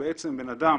בן אדם